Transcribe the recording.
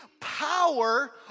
power